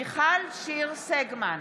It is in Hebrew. מיכל שיר סגמן,